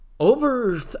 Over